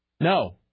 No